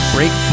Break